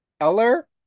Eller